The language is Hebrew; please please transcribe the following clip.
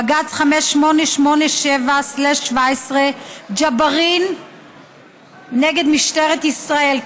בג"ץ 5887/17 ג'בארין נגד משטרת ישראל,